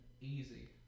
Easy